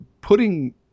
putting